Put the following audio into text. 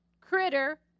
critter